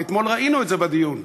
ואתמול ראינו את זה בדיון,